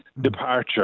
departure